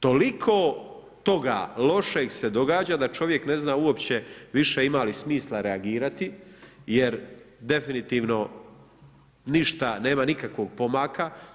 Toliko toga se lošeg događa da čovjek ne zna uopće više ima li smisla reagirati jer definitivno ništa nema nikakvog pomaka.